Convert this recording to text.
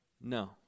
No